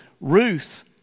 Ruth